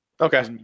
Okay